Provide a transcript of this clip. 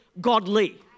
godly